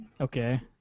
Okay